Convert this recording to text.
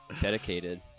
dedicated